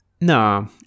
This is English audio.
No